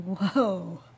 Whoa